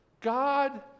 God